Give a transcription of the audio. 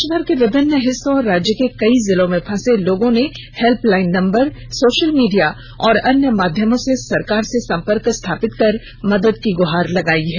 देशभर के विभिन्न हिस्सों और राज्य के कई जिलों में फंसे लोगों ने हेल्पलाइन नंबर सोशल मीडिया और अन्य माध्यमों से सरकार से संपर्क स्थापित कर मदद की गुहार लगायी है